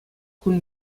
кун